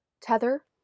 tether